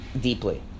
Deeply